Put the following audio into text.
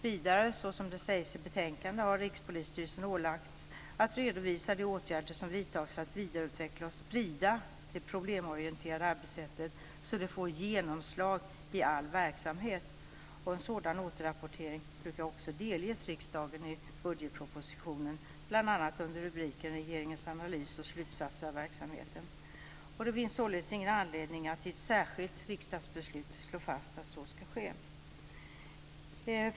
Vidare har Rikspolisstyrelsen, såsom det framhålls i betänkandet, ålagts att redovisa de åtgärder som vidtagits för att vidareutveckla och sprida det problemorienterade arbetssättet så att det får genomslag i all verksamhet. En sådan återrapportering brukar också ske till riksdagen i budgetpropositionen, bl.a. under rubriken Regeringens analys och slutsatser av verksamheten. Det finns således ingen anledning att i ett särskilt riksdagsbeslut slå fast att så ska ske.